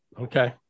Okay